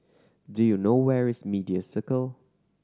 do you know where is Media Circle